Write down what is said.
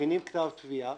מכינים כתב תביעה